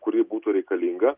kuri būtų reikalinga